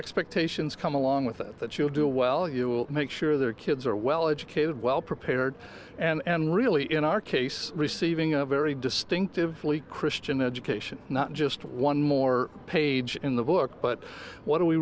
expectations come along with it that you'll do well you will make sure their kids are well educated well prepared and really in our case receiving a very distinctive christian education not just one more page in the book but what are we